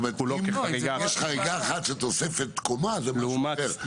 זאת אומרת אם יש חריגה אחת של תוספת קומה זה משהו אחר,